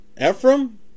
Ephraim